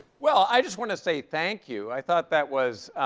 well, i just want to say thank you. i thought that was